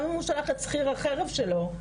גם אם הוא שלח את שכיר החרב שלו,